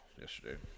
yesterday